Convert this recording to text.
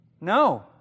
No